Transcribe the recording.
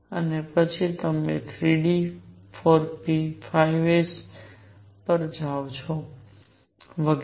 અને પછી તમે 3 d 4 p 5 s પર આવો છો વગેરે